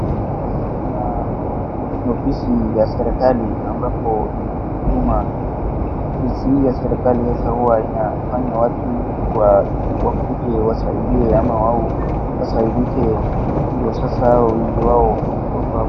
Sasa kuna ni ofisi ya serikali ambapo ni huduma. Ofisi hii ya serikali sasa huwa inafanya watu wakuje wasaidiwe au wao wasaidike ndiyo sasa wengi wao wako hapo.